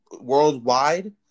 worldwide